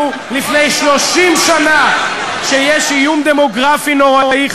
אמרו לנו לפני 30 שנה שיש איום דמוגרפי נוראי,